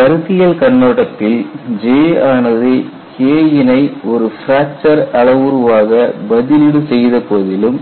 ஒரு கருத்தியல் கண்ணோட்டத்தில் J ஆனது K யினை ஒரு பிராக்சர் அளவுருவாக பதிலிடு செய்தபோதிலும்